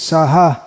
Saha